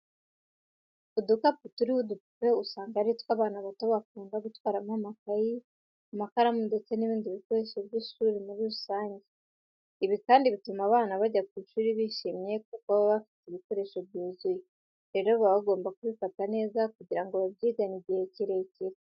Udukapu turiho udupupe usanga ari two abana bato bakunda gutwaramo amakayi, amakaramu ndetse n'ibindi bikoresho by'ishuri muri rusange. Ibi kandi bituma abana bajya ku ishuri bishimye kuko baba bafite ibikoresho byuzuye. Rero baba bagomba kubifata neza kugira ngo babyigane igihe kirekire.